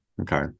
okay